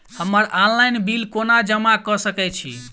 हम्मर online bill कोना जमा कऽ सकय छी?